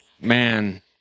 man